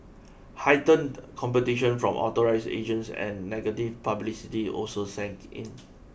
heightened competition from authorised agents and negative publicity also sank in